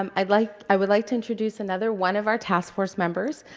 um i'd like i would like to introduce another one of our task force members,